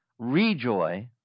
rejoy